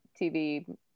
TV